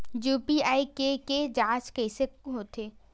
UPI के के जांच कइसे होथे?